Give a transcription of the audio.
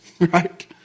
Right